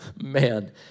man